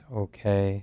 okay